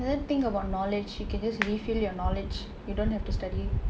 and then think about knowledge you can just refill your knowledge you don't have to study